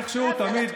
איכשהו תמיד,